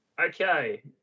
Okay